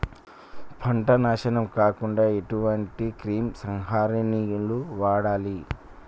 పంట నాశనం కాకుండా ఎటువంటి క్రిమి సంహారిణిలు వాడాలి?